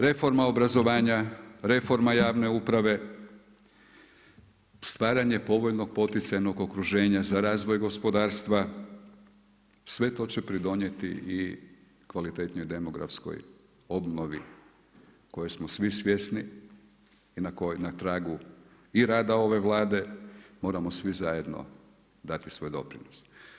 Reforma obrazovanja, reforma javne uprave, stvaranje povoljnog poticajnog okruženja za razvoj gospodarstva sve to će pridonijeti i kvalitetnoj demokratskoj obnovi koje smo svi svjesni i na tragu i rada ove Vlade mora svi zajedno dati svoj doprinos.